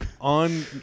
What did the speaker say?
on